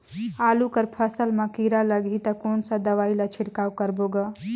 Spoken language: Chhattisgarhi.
आलू कर फसल मा कीरा लगही ता कौन सा दवाई ला छिड़काव करबो गा?